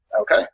Okay